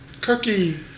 Cookie